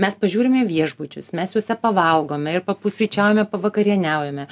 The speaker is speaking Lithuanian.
mes pažiūrime į viešbučius mes juose pavalgome ir papusryčiaujame pavakarieniaujame